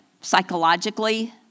psychologically